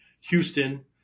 Houston